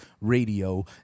Radio